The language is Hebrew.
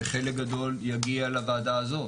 וחלק גדול יגיע לוועדה הזאת.